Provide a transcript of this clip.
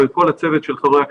ולכל הצוות של חברי הכנסת,